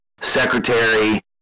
secretary